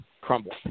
crumble